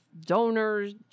donors